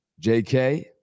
JK